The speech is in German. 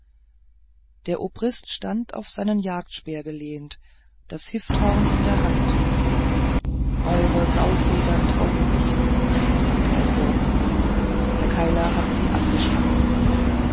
der obrist stand auf seinen jagdspeer gelehnt das hifthorn in der hand eure saufedern taugen nichts sagte er kurz der keiler hat sie abgeschlagen